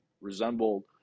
resembled